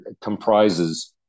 comprises